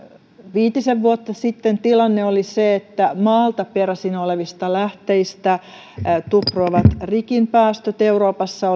viitisen vuotta sitten tilanne oli se että maalta peräisin olevista lähteistä tupruavat rikin päästöt euroopassa